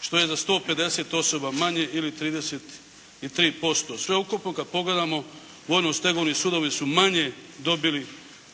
što je za 150 osoba manje ili 33%. Sveukupno kad pogledamo vojno-stegovni sudovi su manje dobili